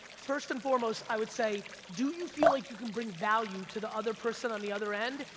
first and foremost, i would say, do you feel like you can bring value to the other person on the other end,